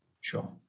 Sure